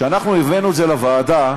כשאנחנו הבאנו את זה לוועדה,